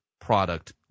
product